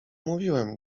mówiłem